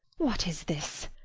what is this?